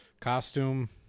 costume